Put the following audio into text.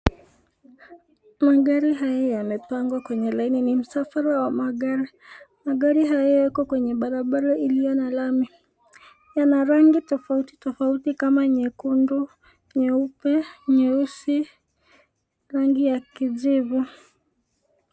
Magari haya yamepangwa kwa laini. Ni msafara wa magari ,magari haya yako kwa barabara iliyo na lami. Yna rangi tofauti tofauti kama nyekundu, nyeupe, nyeusi, rangi ya kijivu.